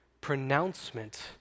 pronouncement